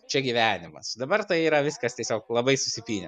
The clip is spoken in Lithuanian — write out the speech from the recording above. čia gyvenimas dabar tai yra viskas tiesiog labai susipynę